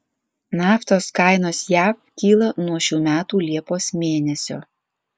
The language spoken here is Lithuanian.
naftos kainos jav kyla nuo šių metų liepos mėnesio